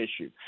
issue